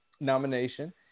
nomination